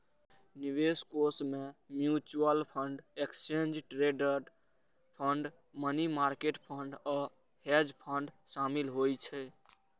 निवेश कोष मे mutual fund, exchange traded fund, money market fund आ हेज फंड शामिल होइ छै